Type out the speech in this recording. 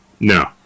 No